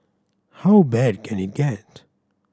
how bad can it get